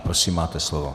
Prosím máte slovo.